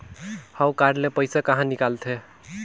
हव कारड ले पइसा कहा निकलथे?